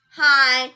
hi